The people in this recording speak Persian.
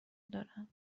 دارم